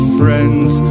friends